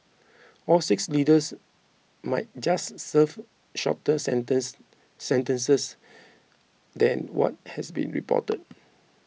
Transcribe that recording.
all six leaders might just serve shorter sentence sentences than what has been reported